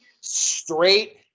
Straight